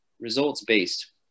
results-based